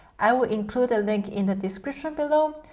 i will include a link in the description below.